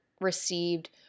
received